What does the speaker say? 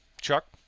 Chuck